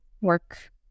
work